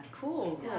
Cool